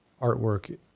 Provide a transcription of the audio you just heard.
artwork